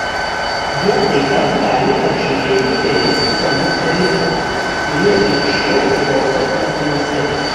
jie taip pat gali apžiūrėti kelis senus reliktus kurie iki šiol riogso nepaliesti